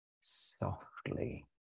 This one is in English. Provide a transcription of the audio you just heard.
softly